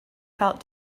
felt